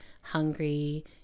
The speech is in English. hungry